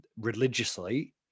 religiously